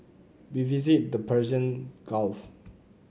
we visited the Persian Gulf